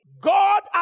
God